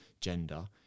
gender